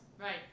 Right